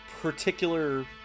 particular